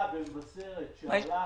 במבשרת?